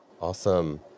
Awesome